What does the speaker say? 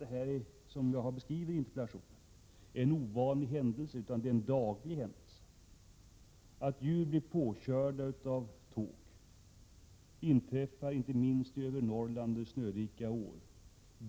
Det som jag har beskrivit i interpellationen är inte något ovanligt. Det händer dagligen att djur blir påkörda av tåg. Det inträffar inte minst i övre Norrland under snörika år.